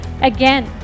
again